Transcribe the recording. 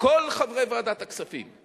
כל חברי ועדת הכספים,